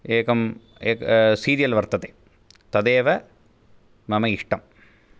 एकं एक् सीरियल् वर्तते तदेव मम इष्टम्